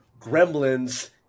Gremlins